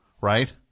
Right